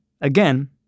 again